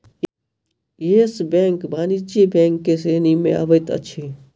yes Bank वाणिज्य bank के श्रेणी में अबैत अछि